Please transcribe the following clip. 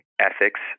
ethics